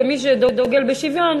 כמי שדוגל בשוויון,